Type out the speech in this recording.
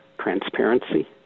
transparency